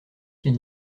qu’il